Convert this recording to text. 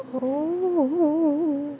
oo